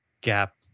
gap